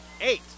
eight